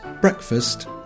breakfast